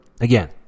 again